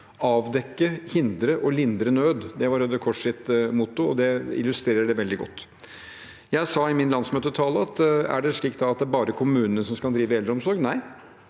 Avdekke, hindre og lindre nød var Røde Kors’ motto, og det illustrerer dette veldig godt. Jeg sa i min landsmøtetale: Er det slik at det bare er kommunene som skal drive eldreomsorg? – Nei.